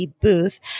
booth